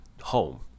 home